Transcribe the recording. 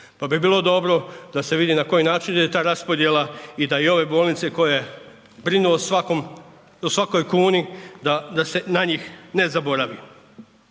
Pa bi bilo dobro da se vidi na koji način ide ta raspodjela i da i ove bolnice koje brinu o svakoj kuni da se na njih ne zaboravi.